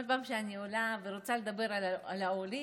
כל פעם שאני עולה ורוצה לדבר על העולים,